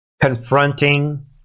confronting